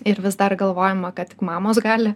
ir vis dar galvojama kad tik mamos gali